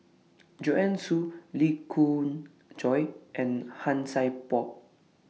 Joanne Soo Lee Khoon Choy and Han Sai Por